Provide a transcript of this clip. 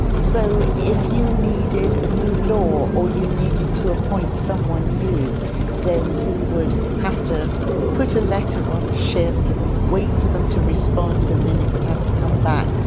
so if you needed a new law, or you needed to appoint someone new then you would have to put a letter on a ship, and wait for them to respond and then it would have to come back,